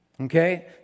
Okay